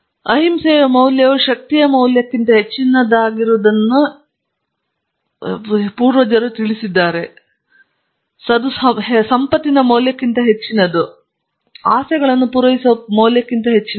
ಆದ್ದರಿಂದ ಅವರು ಅಹಿಂಸೆಯ ಮೌಲ್ಯವು ಶಕ್ತಿಯ ಮೌಲ್ಯಕ್ಕಿಂತ ಹೆಚ್ಚಿನದಾಗಿರುವುದನ್ನು ಕಲಿಸುತ್ತಾರೆ ಇದು ಸಂಪತ್ತಿನ ಮೌಲ್ಯಕ್ಕಿಂತ ಹೆಚ್ಚಿನದು ಮತ್ತು ಆಸೆಗಳನ್ನು ಪೂರೈಸುವ ಮೌಲ್ಯಕ್ಕಿಂತ ಹೆಚ್ಚಾಗಿದೆ